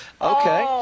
Okay